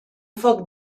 foc